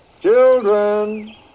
Children